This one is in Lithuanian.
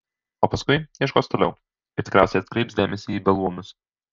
o paskui ieškos toliau ir tikriausiai atkreips dėmesį į beluomius